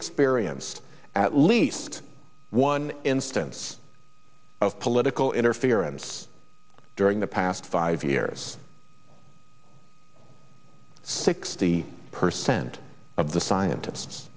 experience at least one instance of political interference during the past five years sixty percent of the scientists